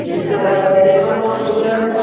জিনিসটা বা ক্যারি করারও অনেক সুবিধা আছে